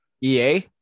EA